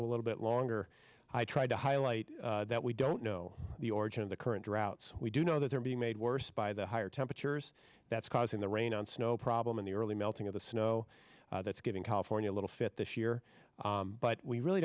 a little bit longer i tried to highlight that we don't the origin of the current droughts we do know that they're being made worse by the higher temperatures that's causing the rain and snow problem in the early melting of the snow that's getting california little fifth this year but we really